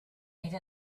made